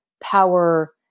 power